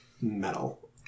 metal